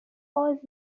باز